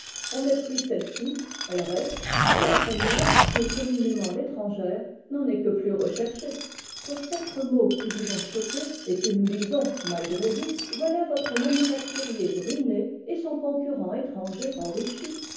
on méprise celle-ci elle reste et la première qui est communément l'étrangère n'en est que plus recherchée pour quatre mots qui vous ont choqué et que nous lisons malgré vous voilà votre manufacturier ruiné et son concurrent étranger enrichi